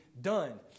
done